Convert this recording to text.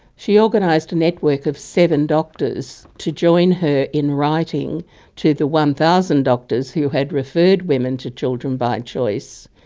she organized a network of seven doctors to join her in writing to the one thousand doctors who had referred women to children by choice,